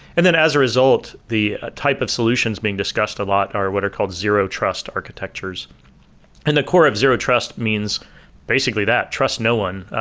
and then as a result, the type of solutions being discussed a lot are what are called zero trust architectures and the core of zero trust means basically that trust no one.